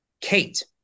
kate